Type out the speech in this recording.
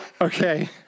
okay